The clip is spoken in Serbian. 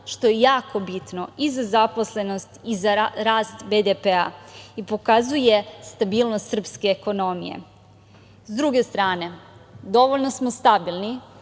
što je jako bitno i za zaposlenost i za rast BDP-a i pokazuje stabilnost srpske ekonomije.S druge strane, dovoljno smo stabilni